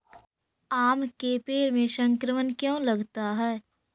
आम के पेड़ में संक्रमण क्यों लगता है?